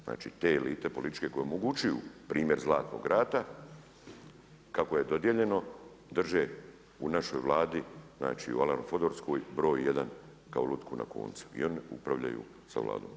Znači te elite političke koje omogućuju primjer Zlatnog rata, kako je dodijeljeno drže u našoj Vladi, u Alan Fordovskoj broj 1, kao lutku na koncu i oni upravljaju sa Vladom.